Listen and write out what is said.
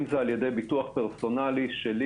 אם זה על ידי ביטוח פרסונלי אישי,